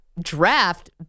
draft